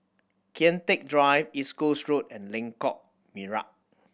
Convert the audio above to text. Kian Teck Drive East Coast Road and Lengkok Merak